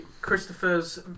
Christopher's